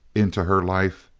into her life.